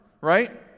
right